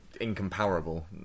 incomparable